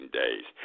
days